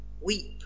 weep